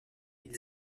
ils